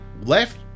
left